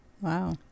Wow